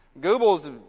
Google's